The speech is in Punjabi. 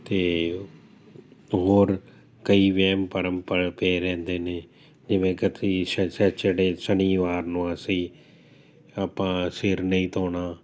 ਅਤੇ ਹੋਰ ਕਈ ਵਹਿਮ ਭਰਮ ਪਰ ਪਏ ਰਹਿੰਦੇ ਨੇ ਜਿਵੇਂ ਕਤੀ ਸੈ ਸੈਚਰਡੇ ਸ਼ਨੀਵਾਰ ਨੂੰ ਅਸੀਂ ਆਪਾਂ ਸਿਰ ਨਹੀਂ ਧੋਣਾ